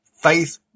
faith